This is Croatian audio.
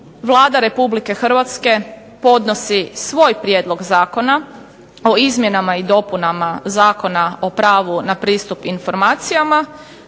Vlada Republike Hrvatske podnosi svoj Prijedlog zakona o izmjenama i dopunama Zakona o pravu na pristup informacijama